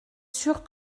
sûr